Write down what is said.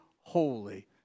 holy